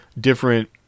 different